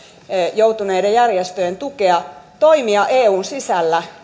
joutuneiden järjestöjen tukea toimia eun sisällä